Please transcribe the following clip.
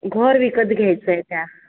घर विकत घ्यायचं आहे त्या